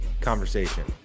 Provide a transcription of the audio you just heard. conversation